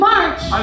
March